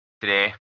Today